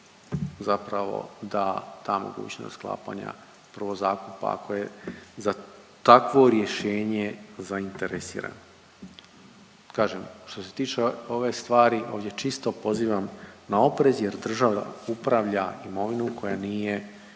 zapravo da ta mogućnost sklapanja prvozakupa ako je za takvo rješenje zainteresiran. Kažem, što se tiče ove stvari, ovdje čisto pozivam na oprez jer država upravlja imovinom koja nije